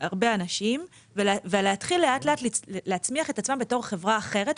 הרבה אנשים ולהתחיל לאט לאט להצמיח את עצמה בתור חברה אחרת.